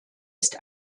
ist